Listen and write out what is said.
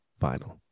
vinyl